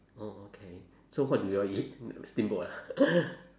oh okay so what do you all eat steamboat ah